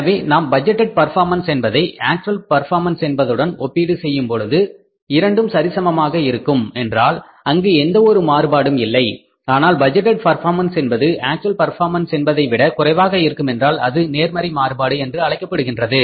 எனவே நாம் budgeted performance என்பதை ஆக்ச்வல் பர்பார்மன்ஸ் என்பதுடன் ஒப்பீடு செய்யும் பொழுது இரண்டும் சரிசமமாக இருக்கும் என்றால் அங்கு எந்த ஒரு மாறுபாடும் இல்லை ஆனால் பட்ஜெட்டேட் பர்பார்மன்ஸ் என்பது ஆக்ச்வல் பர்பார்மன்ஸ் என்பதை விட குறைவாக இருக்குமென்றால் அது நேர்மறை மாறுபாடு என்று அழைக்கப்படுகின்றது